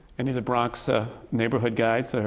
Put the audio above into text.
any of the bronx ah neighborhood guys, so